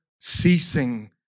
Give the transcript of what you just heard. ceasing